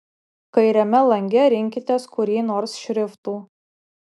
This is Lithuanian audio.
kairiame lange rinkitės kurį nors šriftų